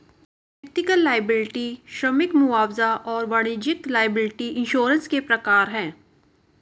व्यक्तिगत लॉयबिलटी श्रमिक मुआवजा और वाणिज्यिक लॉयबिलटी इंश्योरेंस के प्रकार हैं